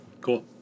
Cool